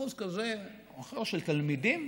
אחוז כזה של תלמידים